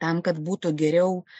tam kad būtų geriau